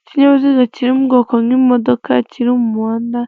Ikinyabiziga kiri mu bwoko bw'imodoka kiri mu muhanda